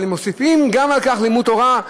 אבל אם מוסיפים על כך גם לימוד תורה,